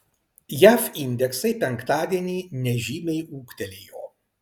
jav indeksai penktadienį nežymiai ūgtelėjo